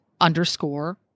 underscore